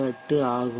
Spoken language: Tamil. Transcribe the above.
78 ஆகும்